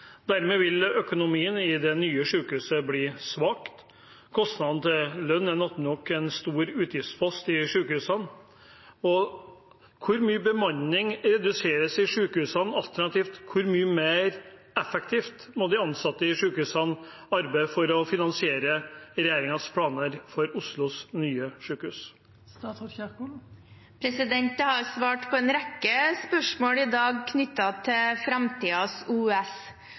Dermed vil økonomien i det nye sykehuset bli svak. Kostnadene til lønn er naturlig nok en stor utgiftspost i sykehusene. Hvor mye reduseres bemanningen i sykehusene? Alternativt: Hvor mye mer effektivt må de ansatte i sykehusene arbeide for å finansiere regjeringens planer for Oslos nye sykehus? Jeg har svart på en rekke spørsmål i dag knyttet til